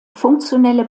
funktionelle